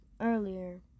earlier